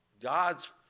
God's